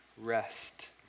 rest